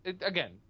again